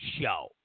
show